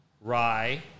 rye